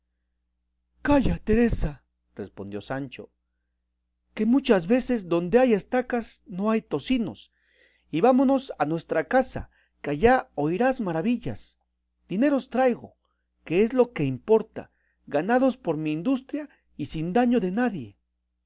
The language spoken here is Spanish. calla teresa respondió sancho que muchas veces donde hay estacas no hay tocinos y vámonos a nuestra casa que allá oirás maravillas dineros traigo que es lo que importa ganados por mi industria y sin daño de nadie